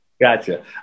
Gotcha